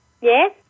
Yes